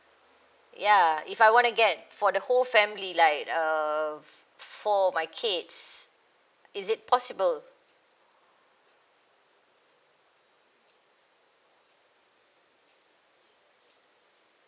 ya if I wanna get for the whole family like um for my kids is it possible